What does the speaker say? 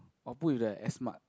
or put with the S mart